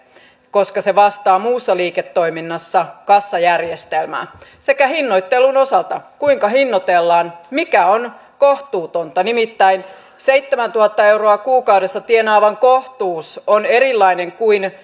koska se vastaa muussa liiketoiminnassa kassajärjestelmää sekä hinnoittelun osalta kuinka hinnoitellaan mikä on kohtuutonta nimittäin seitsemäntuhatta euroa kuukaudessa tienaavan kohtuus on erilainen kuin